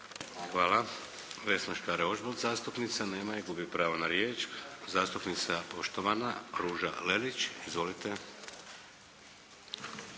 Hvala. Vesna Škare-Ožbolt. Nema je, gubi pravo na riječ. Zastupnica poštovana Ruža Lelić. Izvolite.